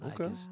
Okay